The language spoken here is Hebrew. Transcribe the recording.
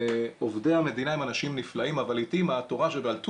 עובדי המדינה הם אנשים נפלאים אבל לעיתים התושב"ע